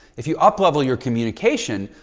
if you uplevel your communication,